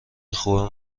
خوب